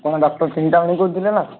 ଆପଣ ଡକ୍ଟର ଚିନ୍ତାମଣି କହୁଥିଲେ ନା